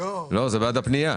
אחד מהם זה צוותי צח"י,